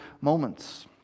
moments